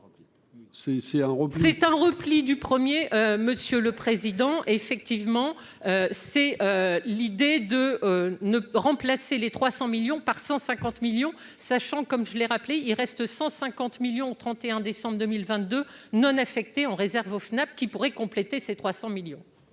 C'est un repli du premier monsieur le Président, effectivement, c'est l'idée de ne remplacer les 300 millions par 150 millions sachant comme je l'ai rappelé : il reste 150 millions 31 décembre 2022 non affectées en réserve au FNAP qui pourraient compléter ces 300 millions.